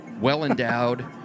well-endowed